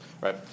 right